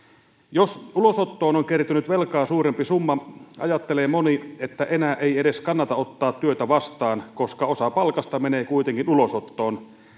jos ulosottoon on kertynyt velkaa suurempi summa ajattelee moni että enää ei edes kannata ottaa työtä vastaan koska osa palkasta menee kuitenkin ulosottoon